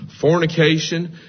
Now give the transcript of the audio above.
fornication